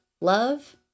love